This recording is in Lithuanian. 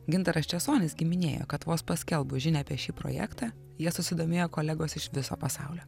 gintaras česonis gi minėjo kad vos paskelbus žinią apie šį projektą jie susidomėjo kolegos iš viso pasaulio